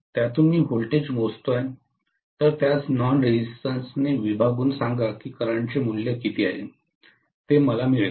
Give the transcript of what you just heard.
त्यातून मी व्होल्टेज मोजतो तर त्यास नॉन रेझिस्टन्स ने विभागून सांगा की करंट चे मूल्य किती आहे ते मला मिळेल